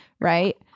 Right